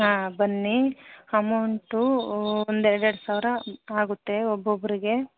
ಹಾಂ ಬನ್ನಿ ಅಮೌಂಟೂ ಒಂದು ಎರಡೆರಡು ಸಾವಿರ ಆಗುತ್ತೆ ಒಬ್ಬೊಬ್ರಿಗೆ